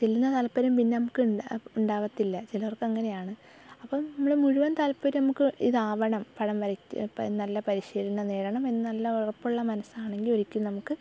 ചെയ്യുന്ന താല്പര്യം പിന്നെ നമുക്ക് ഉണ്ടാകില്ല ഉണ്ടാകത്തില്ല ചിലർക്കങ്ങനെയാണ് അപ്പം നമ്മൾ മുഴുവൻ താല്പര്യം നമുക്ക് ഇതാവണം പടം വരച്ച് നല്ല പരിശീലനം നേടണം എന്ന നല്ല ഉറപ്പുള്ള മനസ്സാണെങ്കിൽ ഒരിക്കലും നമുക്ക്